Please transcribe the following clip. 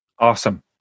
Awesome